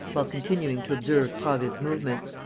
while continuing to observe prasville's movements.